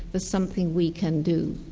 but something we can do.